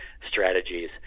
strategies